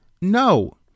No